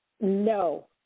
No